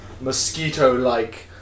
mosquito-like